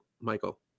Michael